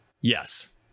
Yes